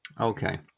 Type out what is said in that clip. Okay